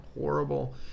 horrible